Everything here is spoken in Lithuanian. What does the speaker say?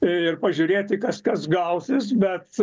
ir pažiūrėti kas kas gausis bet